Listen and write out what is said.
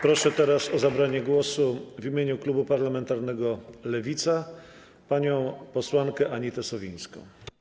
Proszę teraz o zabranie głosu w imieniu klubu parlamentarnego Lewica panią posłankę Anitę Sowińską.